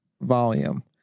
volume